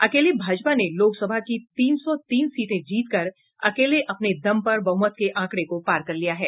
अकेले भाजपा ने लोक सभा की तीन सौ तीन सीटे जीतकर अकेले अपने दम पर बहुमत के आंकड़े को पार कर लिया है